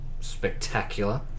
spectacular